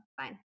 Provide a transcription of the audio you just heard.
Fine